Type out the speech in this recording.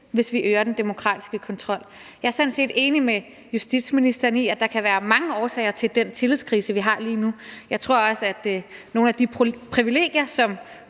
hvis vi øger den demokratiske kontrol. Jeg er sådan set enig med justitsministeren i, at der kan være mange årsager til den tillidskrise, vi har lige nu, og jeg tror også, at nogle af de privilegier, som